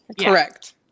correct